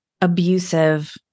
abusive